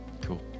cool